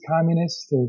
communists